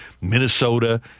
Minnesota